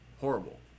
Horrible